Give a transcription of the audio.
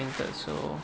so